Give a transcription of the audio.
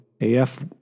AF